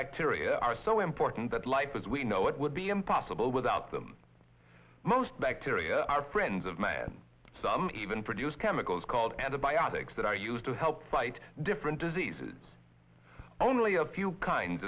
bacteria are so important that life as we know it would be impossible without them most bacteria are friends of man some even produce chemicals called antibiotics that are used to help fight different diseases only a few kinds